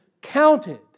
counted